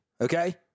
okay